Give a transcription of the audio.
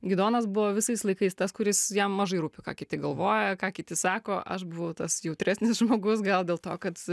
gidonas buvo visais laikais tas kuris jam mažai rūpi ką kiti galvoja ką kiti sako aš buvau tas jautresnis žmogus gal dėl to kad